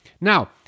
Now